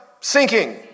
sinking